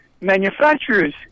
Manufacturers